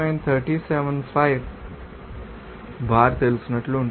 375 bar తెలిసినట్లు ఉంటుంది